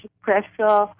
pressure